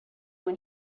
when